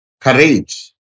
Courage